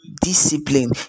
Discipline